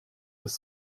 bis